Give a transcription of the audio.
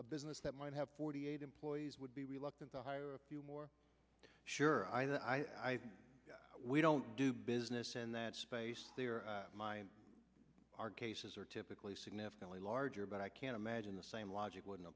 a business that might have forty eight employees would be reluctant to hire a few more sure we don't do business in that space there are cases are typically significantly larger but i can imagine the same logic would